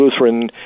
Lutheran